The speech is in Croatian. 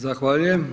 Zahvaljujem.